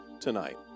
tonight